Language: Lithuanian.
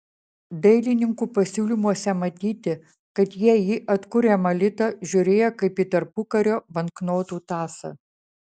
dailininkų pasiūlymuose matyti kad jie į atkuriamą litą žiūrėjo kaip į tarpukario banknotų tąsą